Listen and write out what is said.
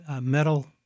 metal